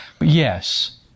yes